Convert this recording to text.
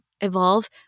evolve